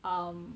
um